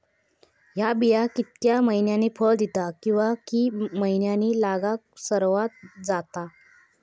हया बिया कितक्या मैन्यानी फळ दिता कीवा की मैन्यानी लागाक सर्वात जाता?